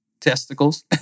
testicles